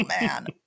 man